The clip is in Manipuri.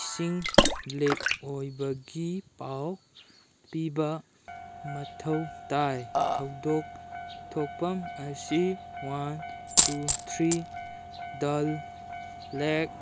ꯏꯁꯤꯡ ꯂꯤꯛ ꯑꯣꯏꯕꯒꯤ ꯄꯥꯎ ꯄꯤꯕ ꯃꯊꯧ ꯇꯥꯏ ꯊꯧꯗꯣꯛ ꯊꯣꯛꯐꯝ ꯑꯁꯤ ꯋꯥꯟ ꯇꯨ ꯊ꯭ꯔꯤ ꯗꯜ ꯂꯦꯛ